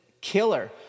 killer